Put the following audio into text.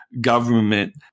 government